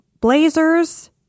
Blazers